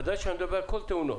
ודאי שאני מדבר על כל התאונות.